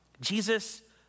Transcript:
Jesus